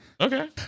okay